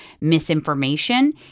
misinformation